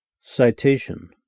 Citation